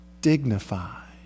dignified